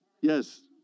Yes